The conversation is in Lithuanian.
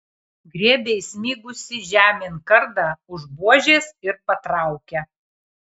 griebia įsmigusį žemėn kardą už buožės ir patraukia